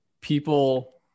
people